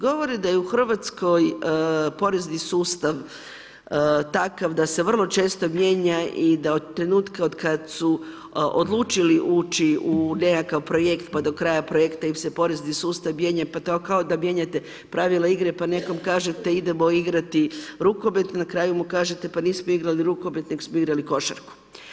Govore da je u Hrvatskoj porezni sustav takav da se vrlo često mijenja i da od trenutka od kad su odlučili ući u nekakav projekt pa do kraja projekta im porezni sustav mijenja pa to kao da mijenjate pravila igre pa nekom kažete „idemo igrati rukomet“, na kraju mu kažete „pa nismo igrali rukomet, nek' smo igrali košarku“